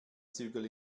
zügel